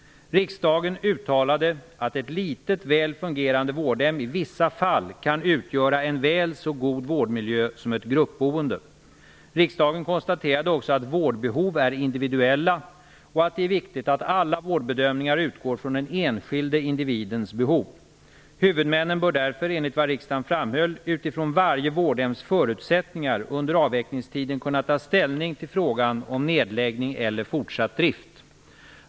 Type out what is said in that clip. Riksdagen uttalade att ett litet väl fungerande vårdhem i vissa fall kan utgöra en väl så god vårdmiljö som ett gruppboende. Riksdagen konstaterade också att vårdbehov är individuella och att det är viktigt att alla vårdbedömningar utgår från den enskilde individens behov. Huvudmännen bör därför, enligt vad riksdagen framhöll, utifrån varje vårdhems förutsättningar under avvecklingstiden kunna ta ställning till frågan om nedläggning eller fortsatt drift.